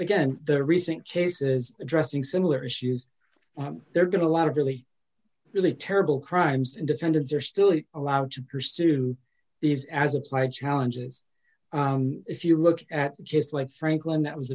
again the recent cases addressing similar issues there are going to a lot of really really terrible crimes and defendants are still allowed to pursue these as applied challenges if you look at just like franklin that was